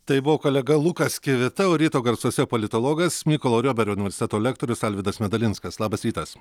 tai buvo kolega lukas kivita o ryto garsuose politologas mykolo riomerio universiteto lektorius alvydas medalinskas labas rytas